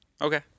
Okay